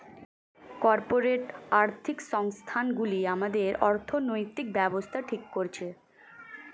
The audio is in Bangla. কর্পোরেট আর্থিক সংস্থান গুলি আমাদের অর্থনৈতিক ব্যাবস্থা ঠিক করছে